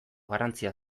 garrantzia